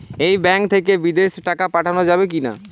এই ব্যাঙ্ক থেকে বিদেশে টাকা পাঠানো যাবে কিনা?